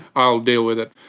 i'll deal with it.